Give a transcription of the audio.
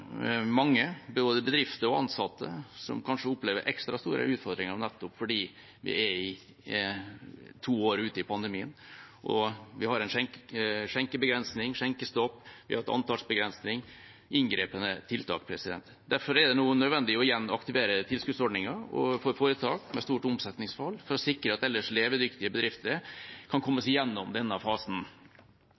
mange – både bedrifter og ansatte – som kanskje opplever ekstra store utfordringer nettopp fordi vi er to år ut i pandemien. Vi har en skjenkebegrensning, skjenkestopp, og vi har hatt antallsbegrensning – inngripende tiltak. Derfor er det nå nødvendig igjen å aktivere tilskuddsordningen for foretak med stort omsetningsfall for å sikre at ellers levedyktige bedrifter kan komme seg gjennom denne fasen.